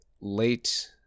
late